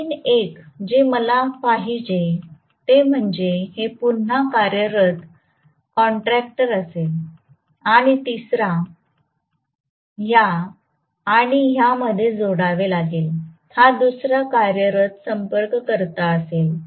आणखी एक हे मला पाहिजे म्हणजे हे पुन्हा कार्यरत कॉन्टॅक्टर असेल आणि तिसरा ह्या आणि ह्या मध्ये जोडावे लागेल हा दुसरा कार्यरत संपर्ककर्ता असेल